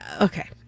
Okay